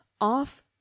off